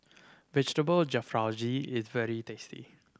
Vegetable Jalfrezi is very tasty